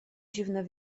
dziwne